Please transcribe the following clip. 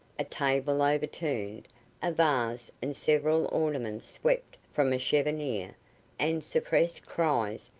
a table overturned, a vase and several ornaments swept from a cheffonier, and suppressed cries,